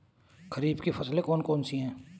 खरीफ की फसलें कौन कौन सी हैं?